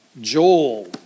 Joel